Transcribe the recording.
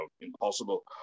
impossible